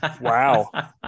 Wow